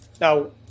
Now